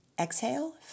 exhale